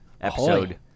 Episode